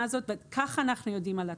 הזאת וככה אנחנו יודעים על התחלואה.